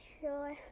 sure